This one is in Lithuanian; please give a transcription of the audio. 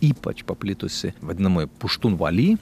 ypač paplitusi vadinamoji puštunvali